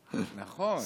נכון.